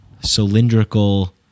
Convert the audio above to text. cylindrical